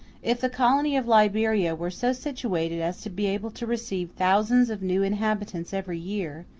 if the colony of liberia were so situated as to be able to receive thousands of new inhabitants every year,